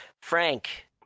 Frank